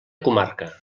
comarca